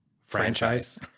franchise